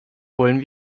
wollen